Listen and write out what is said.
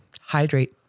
Hydrate